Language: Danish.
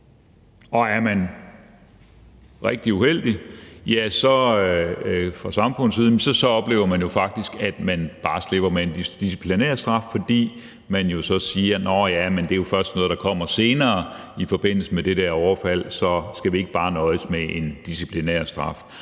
set fra samfundets side – så oplever man jo faktisk, at man bare slipper med en disciplinærstraf, fordi man jo så siger: Nåh, ja, men det er jo først noget, der kommer senere i forbindelse med det her overfald, så skal vi ikke bare nøjes med en disciplinærstraf?